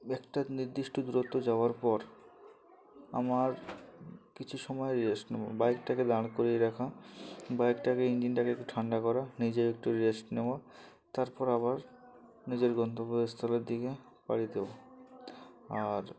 একটা নির্দিষ্ট দূরত্ব যাওয়ার পর আমার কিছু সময় রেস্ট নেব বাইকটাকে দাঁড় করিয়ে রাখা বাইকটাকে ইঞ্জিনটাকে একটু ঠান্ডা করা নিজে একটু রেস্ট নেওয়া তারপর আবার নিজের গন্তব্যস্থলের দিকে পাড়ি দেবো আর